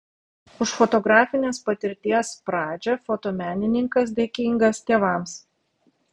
už fotografinės patirties pradžią fotomenininkas dėkingas tėvams